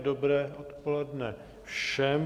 Dobré odpoledne všem.